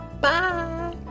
Bye